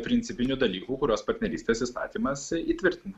principinių dalykų kuriuos partnerystės įstatymas įtvirtina